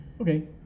Okay